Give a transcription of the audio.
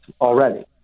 already